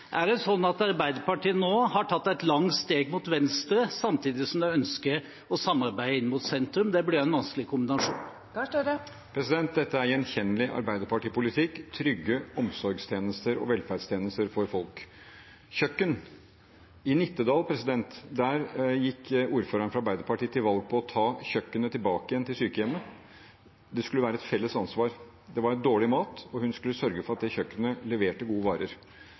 Er det sånn at Arbeiderpartiet nå har tatt et langt steg mot venstre, samtidig som de ønsker å samarbeide mot sentrum? Det blir jo en vanskelig kombinasjon. Dette er gjenkjennelig Arbeiderparti-politikk: trygge omsorgstjenester og velferdstjenester for folk. Med hensyn til kjøkken: I Nittedal gikk ordføreren fra Arbeiderpartiet til valg på å ta kjøkkenet tilbake til sykehjemmet, det skulle være et felles ansvar. Det var dårlig mat, og hun skulle sørge for at kjøkkenet leverte gode varer.